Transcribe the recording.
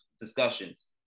discussions